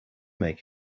make